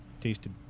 tasted